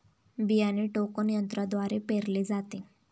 बियाणे टोकन यंत्रद्वारे पेरले जाते